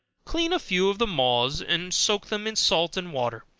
clean a few of the maws, and soak them in salt and water,